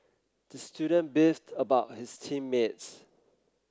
the student beefed about his team mates